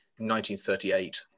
1938